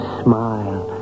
smile